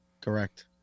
Correct